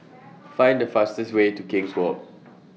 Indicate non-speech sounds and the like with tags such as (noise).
(noise) Find The fastest Way to King's Walk (noise)